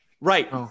Right